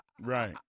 Right